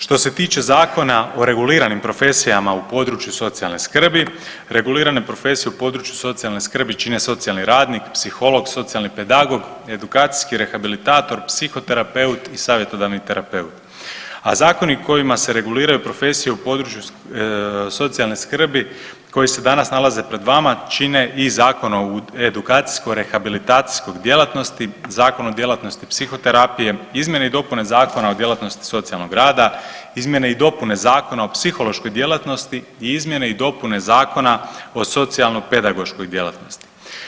Što se tiče Zakona o reguliranim profesijama u području socijalne skrbi, regulirane profesije u području socijalne skrbi čine socijalni radnik, psiholog, socijalni pedagog, edukacijski rehabilitator, psihoterapeut i savjetodavni terapeut, a zakoni kojima se reguliraju profesije u području socijalne skrbi koji se danas nalaze pred vama čine i Zakon o edukacijsko-rehabilitacijskoj djelatnosti, Zakon o djelatnosti psihoterapije, Izmjene i dopune Zakona o djelatnosti socijalnog rada, Izmjene i dopune Zakona o psihološkoj djelatnosti i Izmjene i dopune Zakona o socijalno-pedagoškoj djelatnosti.